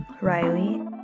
Riley